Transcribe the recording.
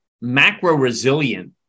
macro-resilient